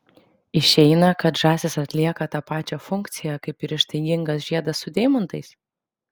išeina kad žąsys atlieka tą pačią funkciją kaip ir ištaigingas žiedas su deimantais